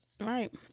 Right